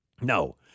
No